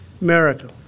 miracle